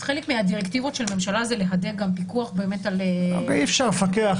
אז חלק מהדירקטיבות של הממשלה זה להדק גם פיקוח על --- אי אפשר לפקח.